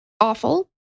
awful